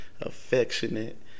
affectionate